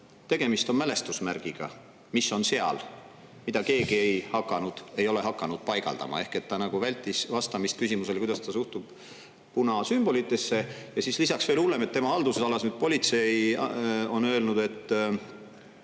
tegemist on mälestusmärgiga, mis on seal, mida keegi ei ole hakanud paigaldama. Ehk ta nagu vältis vastamist küsimusele, kuidas ta suhtub punasümbolitesse. Ja lisaks veel hullem, tema haldusalas politsei on öelnud, et